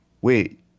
Wait